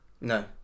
No